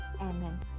Amen